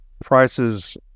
prices